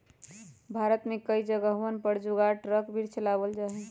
भारत में कई जगहवन पर जुगाड़ ट्रक भी चलावल जाहई